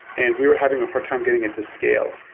and we were having a hard time getting it to scale.